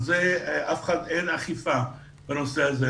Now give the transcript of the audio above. אין אכיפה בנושא הזה.